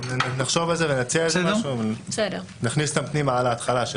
נחשוב על זה ונציע איזה משהו ונכניס אותם פנימה על ההתחלה.